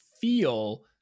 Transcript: feel